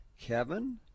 Kevin